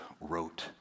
wrote